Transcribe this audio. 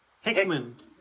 Hickman